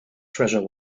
treasure